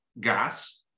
gas